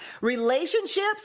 relationships